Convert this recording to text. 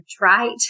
right